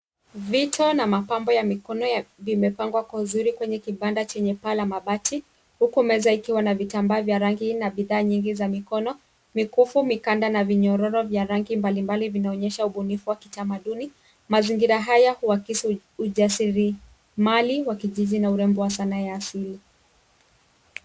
Vito na mapambo ya mikono vimepangwa kwa uzuri kwenye kibanda chenye paa la mabati, huku meza ikiwa na vitambaa vya rangi na bidhaa nyingi za mikono. Mikufu, mikanda na vinyororo vya rangi mbalimbali, vinaonyesha ubunifu wa kitamaduni. Mazingira haya huakisi ujasiri mali wa kijiji na urembo wa sanaa ya asili.